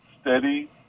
steady